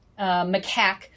macaque